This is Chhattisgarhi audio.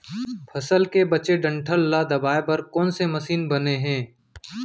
फसल के बचे डंठल ल दबाये बर कोन से मशीन बने हे?